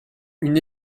une